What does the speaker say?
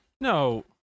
No